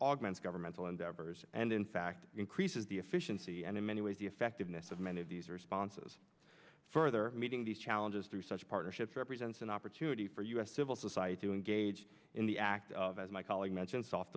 augment governmental endeavors and in fact increases the efficiency and in many ways the effectiveness of many of these responses further meeting these challenges through such partnerships represents an opportunity for us civil society to engage in the act of as my colleague mentioned soft